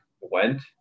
went